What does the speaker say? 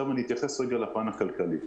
עכשיו אתייחס לפן הכלכלי.